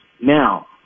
Now